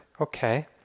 Okay